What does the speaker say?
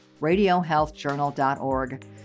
RadioHealthJournal.org